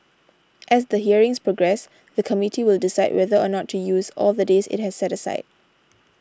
as the hearings progress the Committee will decide whether or not to use all the days it has set aside